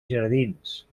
jardins